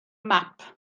map